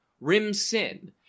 Rim-Sin